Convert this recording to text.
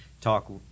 talk